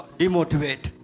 demotivate